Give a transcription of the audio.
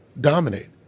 dominate